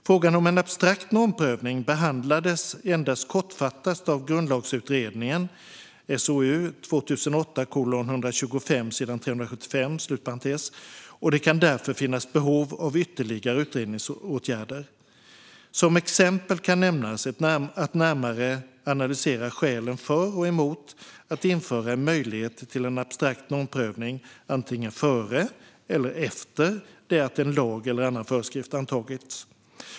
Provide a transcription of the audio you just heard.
Frågan om en abstrakt normprövning behandlades endast kortfattat av Grundlagsutredningen och det kan därför finnas behov av ytterligare utredningsåtgärder. Som exempel kan nämnas att närmare analysera skälen för och emot att införa en möjlighet till en abstrakt normprövning, antingen före eller efter det att en lag eller annan föreskrift antagits.